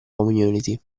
community